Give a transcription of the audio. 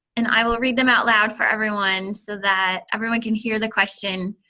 and i will read them out loud for everyone so that everyone can hear the question,